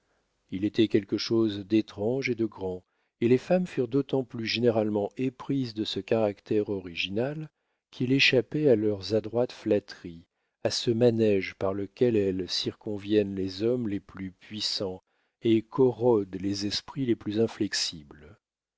il était quelque chose d'étrange et de grand et les femmes furent d'autant plus généralement éprises de ce caractère original qu'il échappait à leurs adroites flatteries à ce manége par lequel elles circonviennent les hommes les plus puissants et corrodent les esprits les plus inflexibles